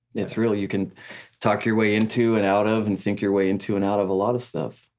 it's real, you can talk your way into and out of and think your way into and out of a lot of stuff.